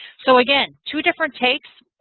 so again, two different takes.